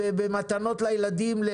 במתנות לילדים,